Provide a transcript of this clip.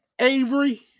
Avery